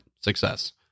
success